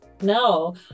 no